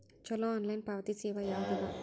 ಛಲೋ ಆನ್ಲೈನ್ ಪಾವತಿ ಸೇವಾ ಯಾವ್ದದ?